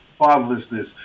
fatherlessness